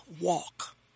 walk